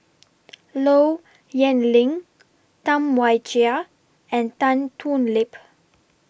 Low Yen Ling Tam Wai Jia and Tan Thoon Lip